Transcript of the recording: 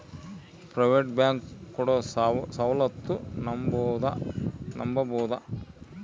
Private bank ಕೊಡೊ ಸೌಲತ್ತು ನಂಬಬೋದ?